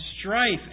strife